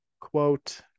quote